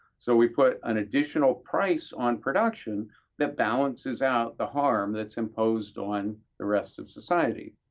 so we put an additional price on production that balances out the harm that's imposed on the rest of society.